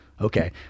okay